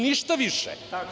Ništa više.